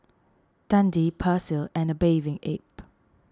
Dundee Persil and A Bathing Ape